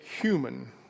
human